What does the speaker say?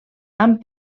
amb